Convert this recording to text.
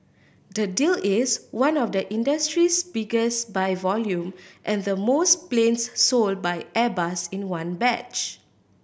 the deal is one of the industry's biggest by volume and the most planes sold by Airbus in one batch